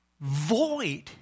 void